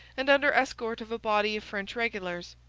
and under escort of a body of french regulars.